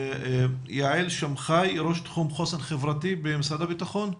יעל שמחאי ראש תחום חוסן חברתי במשרד הביטחון,